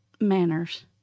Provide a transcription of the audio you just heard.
manners